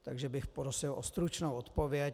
Takže bych prosil o stručnou odpověď.